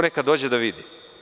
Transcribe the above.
Neka dođe da vidi.